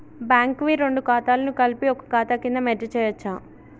Bank వి రెండు ఖాతాలను కలిపి ఒక ఖాతా కింద మెర్జ్ చేయచ్చా?